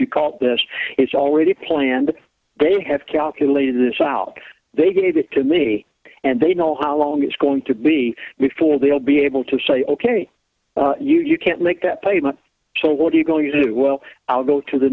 you call this is already planned they have calculated this out they gave it to me and they know how long it's going to be before they'll be able to say ok you can't make that payment so what are you going to do well i'll go to the